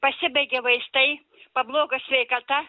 pasibaigė vaistai pablogo sveikata